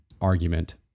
argument